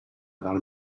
del